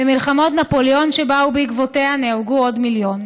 ובמלחמות נפוליאון שבאו בעקבותיה נהרגו עוד מיליון.